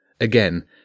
Again